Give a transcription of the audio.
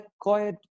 quiet